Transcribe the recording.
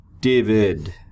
David